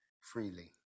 freely